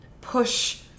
push